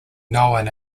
known